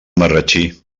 marratxí